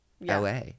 LA